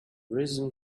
reason